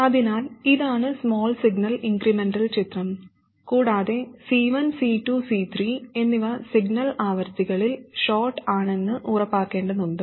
അതിനാൽ ഇതാണ് small signal incremental ചിത്രം കൂടാതെ C1 C2 C3 എന്നിവ സിഗ്നൽ ആവൃത്തികളിൽ ഷോർട്ട് ആണെന്ന് ഉറപ്പാക്കേണ്ടതുണ്ട്